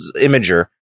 Imager